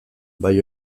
bai